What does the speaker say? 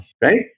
Right